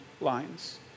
lines